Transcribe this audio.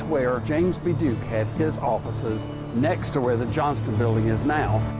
where james b. duke had his offices next to where the johnston building is now.